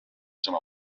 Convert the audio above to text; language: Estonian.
sõna